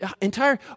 entire